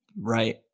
right